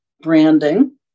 branding